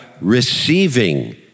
receiving